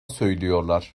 söylüyorlar